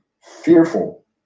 fearful